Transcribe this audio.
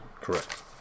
Correct